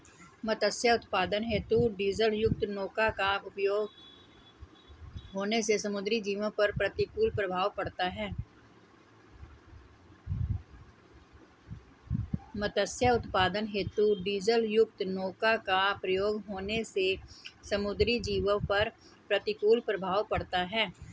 मत्स्य उत्पादन हेतु डीजलयुक्त नौका का प्रयोग होने से समुद्री जीवों पर प्रतिकूल प्रभाव पड़ता है